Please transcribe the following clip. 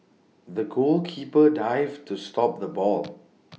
the goalkeeper dived to stop the ball